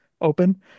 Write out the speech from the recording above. open